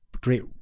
Great